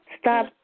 Stop